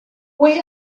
where